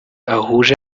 ahuje